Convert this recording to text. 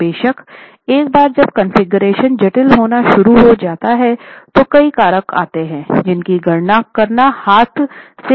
बेशक एक बार जब कॉन्फ़िगरेशन जटिल होना शुरू हो जाता है तो कई कारक आते हैं जिनकी गणना करना हाथ से करना मुश्किल होता है